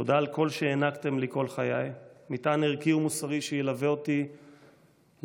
תודה על כל שהענקתם לי כל חיי מטען ערכי ומוסרי שיילווה אותי לעד.